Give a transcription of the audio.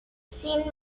saint